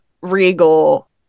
Regal